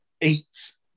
eats